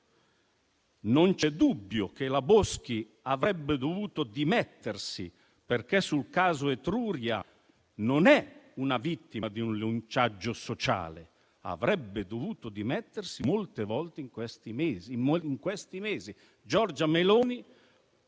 Non c'è dubbio che la Boschi avrebbe dovuto dimettersi, perché nel caso Etruria" non è vittima di un linciaggio sociale, e avrebbe dovuto dimettersi molte volte in questi mesi"